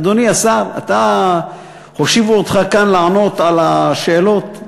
אדוני השר, הושיבו אותך כאן לענות על השאלות.